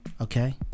Okay